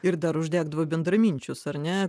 ir dar uždegdavo bendraminčius ar ne